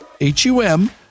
H-U-M